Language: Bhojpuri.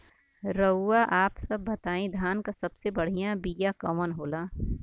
रउआ आप सब बताई धान क सबसे बढ़ियां बिया कवन होला?